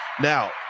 Now